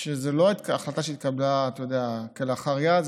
זו לא החלטה שהתקבלה כלאחר יד,